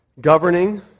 governing